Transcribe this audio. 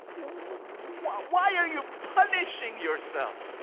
why why are you punishing yourself?